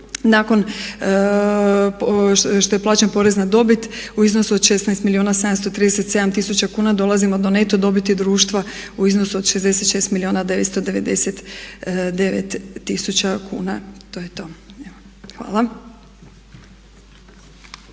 Nakon što je plaćen porez na dobit u iznosu od 16 milijuna 737 tisuća kuna dolazimo do neto dobiti društva u iznosu od 66 milijuna 999 tisuća kuna. To je to. Evo,